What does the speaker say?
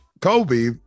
Kobe